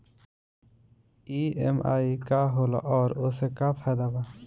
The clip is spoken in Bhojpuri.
ई.एम.आई का होला और ओसे का फायदा बा?